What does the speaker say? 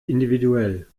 individuell